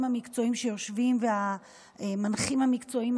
המקצועיים שיושבים והמנחים המקצועיים,